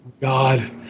God